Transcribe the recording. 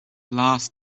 last